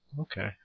Okay